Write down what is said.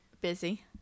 Busy